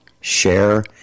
share